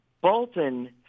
Bolton